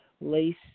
lace